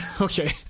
Okay